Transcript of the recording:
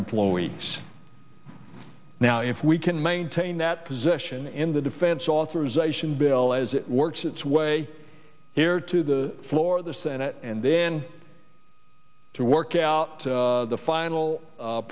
employees now if we can maintain that position in the defense authorization bill as it works its way here to the floor the senate and then to work out the